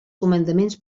comandaments